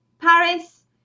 Paris